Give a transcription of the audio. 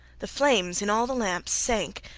the flames in all the lamps sank,